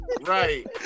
right